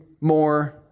more